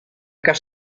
cas